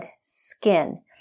skin